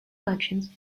elections